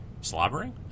Slobbering